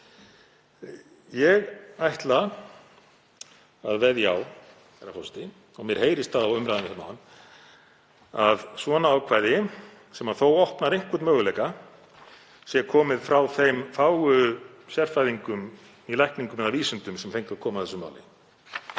Ég ætla að veðja á, herra forseti, og mér heyrðist það á umræðunni hérna áðan, að svona ákvæði sem þó opnar einhvern möguleika, sé komið frá þeim fáu sérfræðingum í lækningum eða vísindum sem fengu að koma að þessu máli.